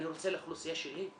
אני רוצה לאוכלוסייה שלי.